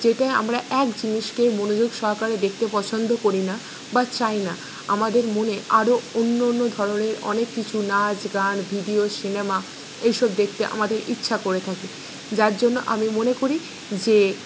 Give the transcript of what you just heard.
যেটায় আমরা এক জিনিসকে মনোযোগ সহকারে দেখতে পছন্দ করি না বা চাই না আমাদের মনে আরো অন্য অন্য ধরনের অনেক কিছু নাচ গান ভিডিও সিনেমা এইসব দেখতে আমাদের ইচ্ছা করে থাকে যার জন্য আমি মনে করি যে